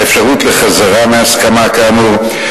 האפשרות לחזרה מהסכמה כאמור,